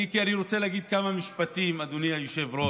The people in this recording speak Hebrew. אני רוצה להגיד כמה משפטים, אדוני היושב-ראש.